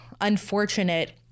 unfortunate